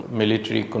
military